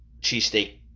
cheesesteak